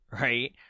right